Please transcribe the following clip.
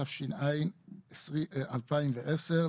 התש"ע-2010,